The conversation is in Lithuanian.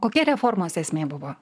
kokia reformos esmė buvo